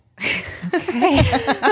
Okay